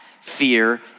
fear